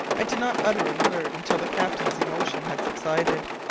i did not utter a word until the captain's emotion had subsided.